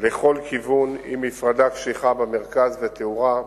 לכל כיוון עם מפרדה קשיחה במרכז ותאורה.